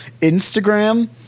Instagram